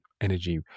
energy